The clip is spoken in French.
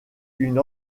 une